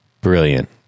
Brilliant